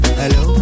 hello